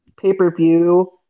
pay-per-view